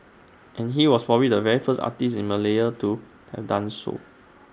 and he was probably the very first artist in Malaya to have done so